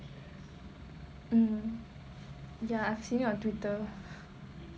um ya senior on Twitter